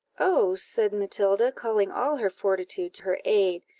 oh, said matilda, calling all her fortitude to her aid,